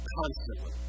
constantly